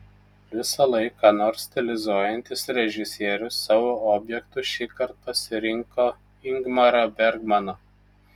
visąlaik ką nors stilizuojantis režisierius savo objektu šįkart pasirinko ingmarą bergmaną